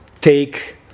take